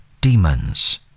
demons